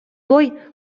той